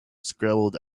scrambled